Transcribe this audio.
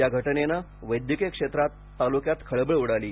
या घटनेनं वैद्यकीय क्षेत्रात तालुक्यात खळबळ उडाली